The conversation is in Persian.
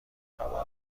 خبر